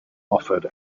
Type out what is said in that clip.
offered